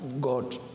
God